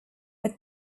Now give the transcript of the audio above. but